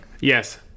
yes